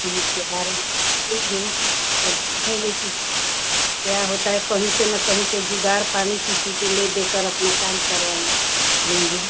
हम उसके बारे में पूछेंगे और देखेंगे कि क्या होता है कहीं से ना कहीं से जुगाड़ पानी किसी से ले दे कर अपना काम करवा ही लूँगी